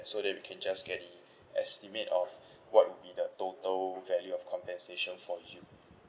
so that we can just get the estimate of what would be the total value of compensation for you